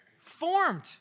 formed